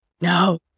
No